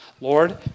Lord